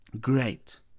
great